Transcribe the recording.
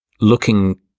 looking